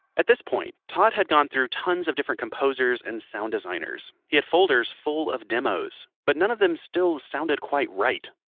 at this point, todd had gone through tons of different composers and sound designers. he had folders full of demos, but none of them still sounded quite right.